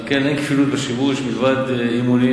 על כן אין כפילות בשימוש מלבד אימונים,